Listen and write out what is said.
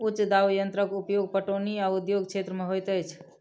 उच्च दाब यंत्रक उपयोग पटौनी आ उद्योग क्षेत्र में होइत अछि